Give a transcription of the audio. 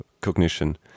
cognition